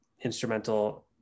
instrumental